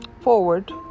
forward